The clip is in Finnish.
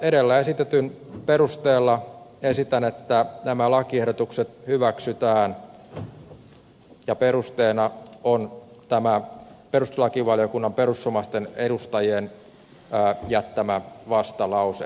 edellä esitetyn perusteella esitän että nämä lakiehdotukset hyväksytään ja perusteena on tämä perustuslakivaliokunnan perussuomalaisten edustajien jättämä vastalause